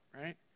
right